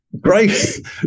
Great